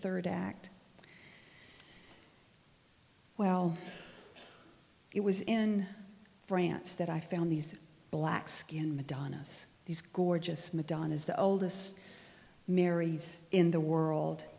third act well it was in france that i found these black skinned madonnas these gorgeous madonna is the oldest mary's in the world